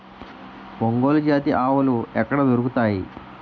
ఒంగోలు జాతి ఆవులు ఎక్కడ దొరుకుతాయి?